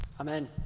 amen